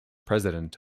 president